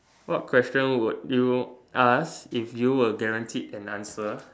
what question would you ask if you were guaranteed an answer